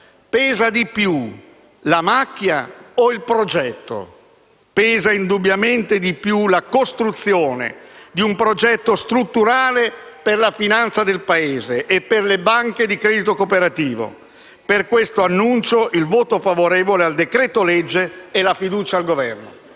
pesa di più la macchia o il progetto? Pesa indubbiamente di più la costruzione di un progetto strutturale per la finanza del Paese e per le banche di credito cooperativo. Per questo dichiaro il voto favorevole alla conversione in legge del decreto-legge e alla fiducia al Governo.